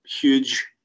huge